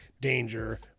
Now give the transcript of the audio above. danger